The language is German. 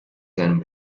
seinem